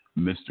Mr